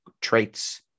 traits